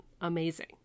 amazing